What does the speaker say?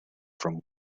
from